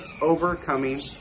overcoming